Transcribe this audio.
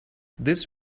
this